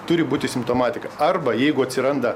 turi būti simptomatika arba jeigu atsiranda